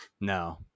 No